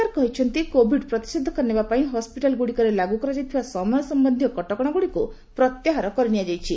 ସରକାର କହିଛନ୍ତି କୋଭିଡ୍ ପ୍ରତିଷେଧକ ନେବା ପାଇଁ ହସ୍କିଟାଲ୍ଗୁଡ଼ିକରେ ଲାଗୁ କରାଯାଇଥିବା ସମୟ ସମ୍ପନ୍ଧୀୟ କଟକଣାଗୁଡ଼ିକୁ ପ୍ରତ୍ୟାହାର କରିନିଆଯାଇଛି